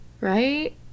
right